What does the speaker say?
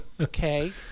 Okay